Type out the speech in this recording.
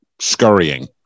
scurrying